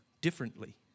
differently